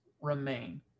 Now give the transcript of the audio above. remain